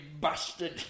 bastard